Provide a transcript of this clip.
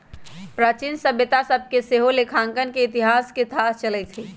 प्राचीन सभ्यता सभ से सेहो लेखांकन के इतिहास के थाह चलइ छइ